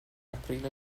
aprile